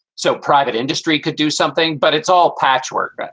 so private industry could do something, but it's all patchwork, but